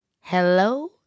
Hello